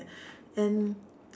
and